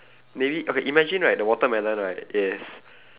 maybe okay imagine right the watermelon right is